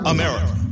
America